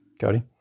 Cody